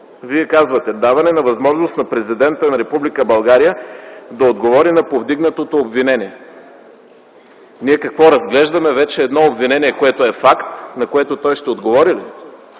Вие казвате: „ Даване на възможност на президента на Република България да отговори на повдигнатото обвинение”. Ние какво, разглеждаме вече едно обвинение, което е факт, на което той ще отговори ли?